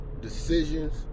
decisions